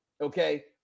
Okay